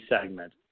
segment